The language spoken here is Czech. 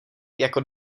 jako